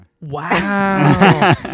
Wow